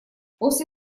после